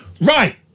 Right